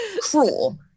cruel